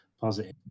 positive